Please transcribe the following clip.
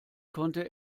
konnte